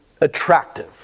attractive